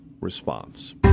response